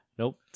Nope